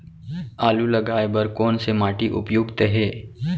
आलू लगाय बर कोन से माटी उपयुक्त हे?